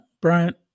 Bryant